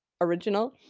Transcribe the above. original